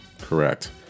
Correct